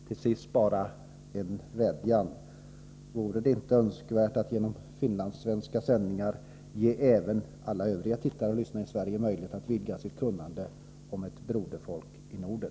Till sist en vädjan: Vore det inte önskvärt att genom finlandssvenska sändningar ge även alla övriga tittare och lyssnare i Sverige möjlighet att vidga sitt kunnande om ett broderfolk i Norden?